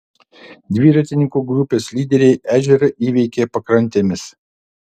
dviratininkų grupės lyderiai ežerą įveikė pakrantėmis